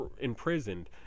imprisoned